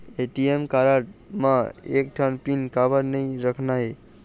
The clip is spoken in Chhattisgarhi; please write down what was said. ए.टी.एम कारड म एक ठन पिन काबर नई रखना हे?